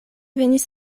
venis